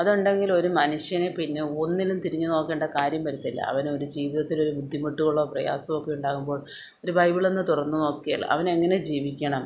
അതുണ്ടെങ്കിൽ ഒരു മനുഷ്യനെ പിന്നെ ഒന്നിനും തിരിഞ്ഞു നോക്കേണ്ട കാര്യം വരില്ല അവനൊരു ജീവിതത്തിൽ ഒരു ബുദ്ധിമുട്ടുകളോ പ്രയാസം ഒക്കെ ഉണ്ടാകുമ്പോൾ ഒരു ബൈബിൾ ഒന്ന് തുറന്നു നോക്കിയാൽ അവൻ എങ്ങനെ ജീവിക്കണം